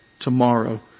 tomorrow